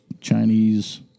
Chinese